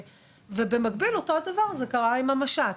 ובמקביל אותו דבר קרה עם המשט,